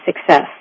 success